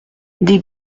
des